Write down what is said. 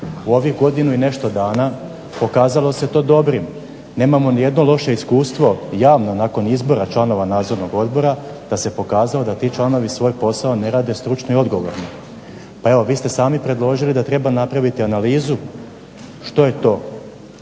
U ovih godinu i nešto dana pokazalo se to dobrim. Nemamo nijedno loše iskustvo javno nakon izbora članova nadzornog odbora da se pokazalo da ti članovi svoj posao ne rade stručno i odgovorno. Pa evo vi ste sami predložili da treba napraviti analizu što je to,